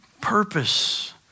purpose